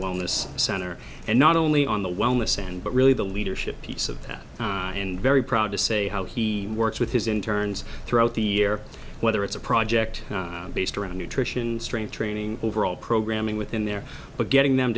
this center and not only on the wellness sand but really the leadership piece of that and very proud to say how he works with his in turns throughout the year whether it's a project based around nutrition strength training overall programming within there but getting them